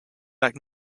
back